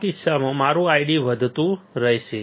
આ કિસ્સામાં મારુ ID વધતું રહેશે